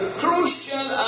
crucial